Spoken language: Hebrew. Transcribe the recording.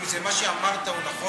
אם מה שאמרת הוא נכון,